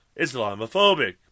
Islamophobic